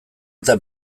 eta